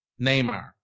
Neymar